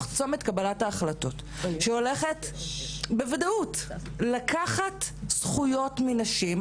צומת קבלת ההחלטות שהולכת בוודאות לקחת זכויות מנשים,